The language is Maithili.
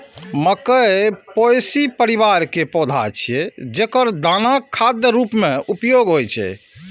मकइ पोएसी परिवार के पौधा छियै, जेकर दानाक खाद्य रूप मे उपयोग होइ छै